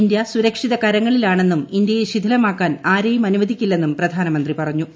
India സുരക്ഷിത കരങ്ങളിലാണെന്നും ഇന്ത്യയെ ശിഥിലമാക്കാൻ ആരെയും അനുവദിക്കില്ലെന്നും പ്രധാനമന്ത്രി പറഞ്ഞു